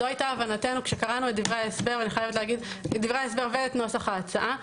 זו הייתה הבנתנו עת קראנו את דברי ההסבר ואת נוסח ההצעה.